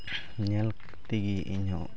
ᱧᱮᱞ ᱛᱮᱜᱮ ᱤᱧ ᱦᱚᱸ